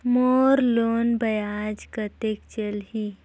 मोर loan ब्याज कतेक चलही?